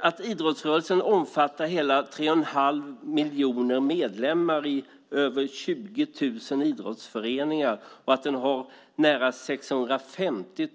Att idrottsrörelsen omfattar så mycket som 3 1⁄2 miljon medlemmar i över 20 000 idrottsföreningar och att den har nära 650